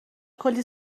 کلی